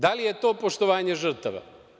Da li je to poštovanje žrtava?